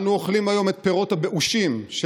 אנו אוכלים היום את פירות הבאושים של